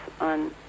on